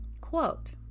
Quote